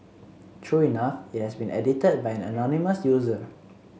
true enough it has been edited by an anonymous user